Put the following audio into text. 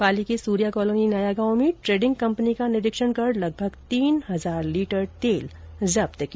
पाली के सूर्या कॉलोनी नया गांव में ट्रेडिंग कम्पनी का निरीक्षण कर लगभग तीन हजार लीटर तेल जब्त किया